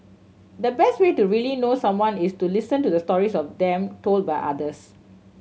the best way to really know someone is to listen to the stories of them told by others